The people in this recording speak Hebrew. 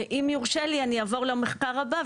ואם יורשה לי אני אעבור למחקר הבא,